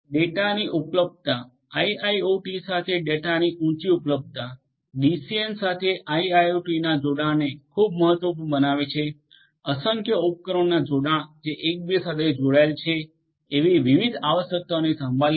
ડેટાની ઉપલબ્ધતા આઇઆઇઓટી સાથે ડેટાની ઉચી ઉપલબ્ધતા ડીસીએન સાથે આઇઆઇઓટીના જોડાણને ખૂબ મહત્વપૂર્ણ બનાવે છે અસંખ્ય ઉપકરણોના જોડાણ જે એકબીજા સાથે જોડાયેલા છે એવી વિવિધ આવશ્યકતાઓની સંભાળ લે છે